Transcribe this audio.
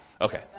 Okay